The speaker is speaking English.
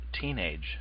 teenage